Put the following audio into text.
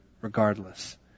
regardless